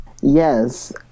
Yes